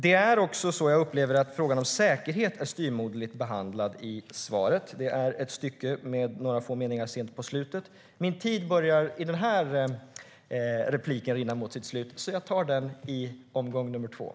Jag upplever att frågan om säkerhet är styvmoderligt behandlad i interpellationssvaret. Den berörs i ett stycke med några få meningar sent på slutet. Min talartid börjar rinna mot sitt slut, så jag fortsätter i mitt nästa anförande.